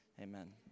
Amen